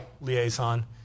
liaison